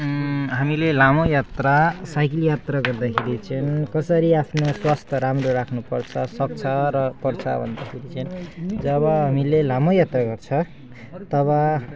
हामीले लामो यात्रा साइकल यात्रा गर्दाखेरि चाहिँ कसरी आफ्नो स्वास्थ्य राम्रो राख्नुपर्छ सक्छ र पर्छ भन्दाखेरि चाहिँ जब हामीले लामो यात्रा गर्छ तब